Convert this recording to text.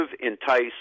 entice